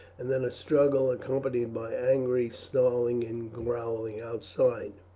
and then a struggle accompanied by angry snarling and growling outside.